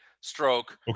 stroke